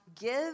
give